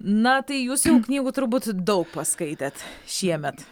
na tai jūs jau knygų turbūt daug paskaitėt šiemet